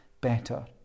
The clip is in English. better